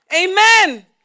Amen